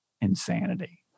insanity